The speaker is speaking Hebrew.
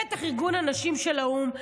בטח ארגון הנשים של האו"ם,